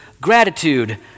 gratitude